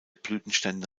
blütenstände